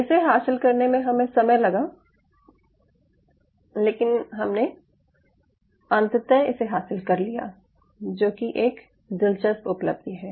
इसे हासिल करने में हमे समय लगा लेकिन हमने अंततः इसे हासिल कर लिया जो कि एक दिलचस्प उपलब्धि है